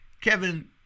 kevin